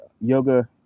yoga